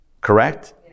Correct